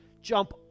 Jump